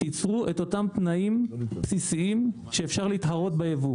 תצרו את אותם תנאים בסיסיים שאפשר להתחרות ביבוא.